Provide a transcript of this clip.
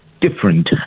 different